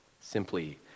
simply